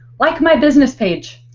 like my business page.